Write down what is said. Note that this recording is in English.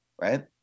Right